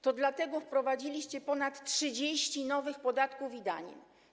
To dlatego wprowadziliście ponad 30 nowych podatków i danin.